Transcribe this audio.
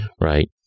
Right